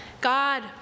God